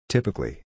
Typically